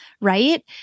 right